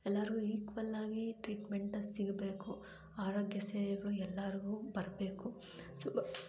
ಎಲ್ಲರ್ಗು ಈಕ್ವಲ್ ಆಗಿ ಟ್ರೀಟ್ಮೆಂಟ ಸಿಗಬೇಕು ಆರೋಗ್ಯ ಸೇವೆಗಳು ಎಲ್ಲರ್ಗು ಬರಬೇಕು ಸೊ